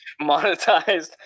monetized